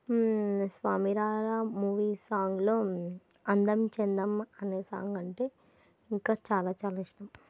స్వామి Rara movie సాంగ్లో అందం చందం అనే సాంగ్ అంటే ఇంకా చాలా చాలా ఇష్టం